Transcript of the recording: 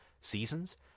seasons